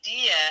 idea